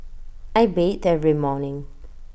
I bathe every morning